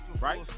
Right